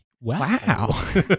Wow